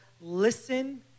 listen